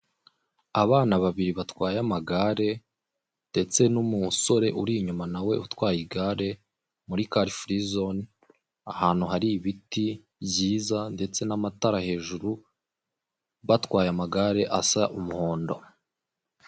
Abana babiri batwaye amagare ndetse n'umusore uri inyuma nawe utwaye igare, muri kari furi zone ahantu hari ibiti byiza ndetse n'amatara hejuru batwaye amagare asa umuhondo.